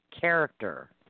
character